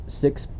six